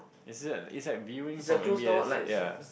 it's like it's like viewing from M_B_S ya